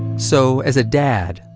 so as a dad,